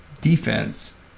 defense